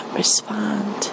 respond